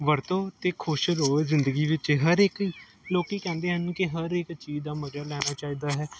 ਵਰਤੋ ਅਤੇ ਖੁਸ਼ ਰਹੋ ਜ਼ਿੰਦਗੀ ਵਿੱਚ ਹਰ ਇੱਕ ਲੋਕ ਕਹਿੰਦੇ ਹਨ ਕਿ ਹਰ ਇੱਕ ਚੀਜ਼ ਦਾ ਮਜ਼ਾ ਲੈਣਾ ਚਾਹੀਦਾ ਹੈ